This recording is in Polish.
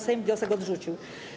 Sejm wniosek odrzucił.